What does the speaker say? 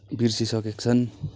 बिर्सिसकेका छन्